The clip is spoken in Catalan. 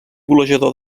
golejador